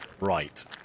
Right